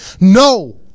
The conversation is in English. No